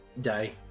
day